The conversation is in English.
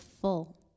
full